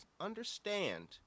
understand